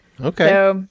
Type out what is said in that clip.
Okay